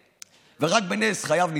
ורק בנס חייו ניצלו.